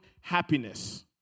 happiness